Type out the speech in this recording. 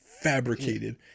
fabricated